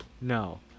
No